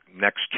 next